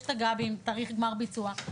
יש תג"בים תאריך גמר ביצוע.